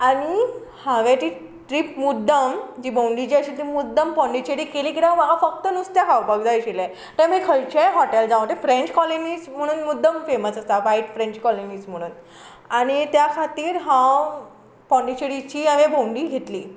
आनी हांवें ती ट्रीप मुद्दम जी भोंवणी जी आशिल्ली ती मुद्दम पोंडीचेडीक केली किद्याक म्हाका फक्त नुस्तें खावपाक जाय आशिल्लें तें मागीर खंयचेंय हॉटेल जावं ते फ्रेंच कॉलनीज म्हूण मुद्दम फेमस आसा वायट फ्रेंच कॉलनीज म्हुनून आनी त्या खातीर हांव पोंडीचेडीची हांवें भोंवणी घेतली